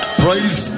praise